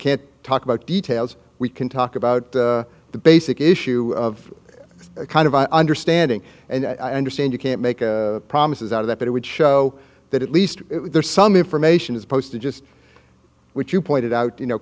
can't talk about details we can talk about the basic issue of kind of understanding and i understand you can't make promises out of that but it would show that at least there's some information as opposed to just what you pointed out you know